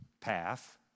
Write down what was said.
path